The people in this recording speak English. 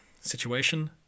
situation